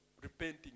Repenting